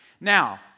Now